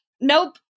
nope